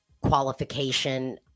qualification